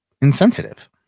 insensitive